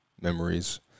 memories